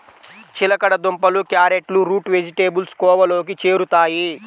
చిలకడ దుంపలు, క్యారెట్లు రూట్ వెజిటేబుల్స్ కోవలోకి చేరుతాయి